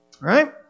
right